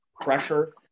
pressure